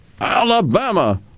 Alabama